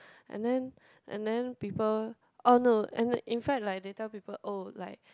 and then and then people orh no and in fact like they tell people oh like